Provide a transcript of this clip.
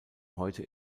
heute